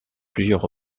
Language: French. plusieurs